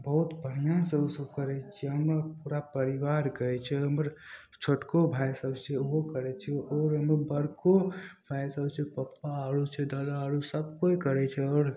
बहुत बढ़िआँसे ओसब करै छिए हमर पूरा परिवार करै छै हमर छोटको भाइसभ छै ओहो करै छै आओर हमर बड़को भाइसभ छै पप्पा आओर छै दादा आओर सभ कोइ करै छै आओर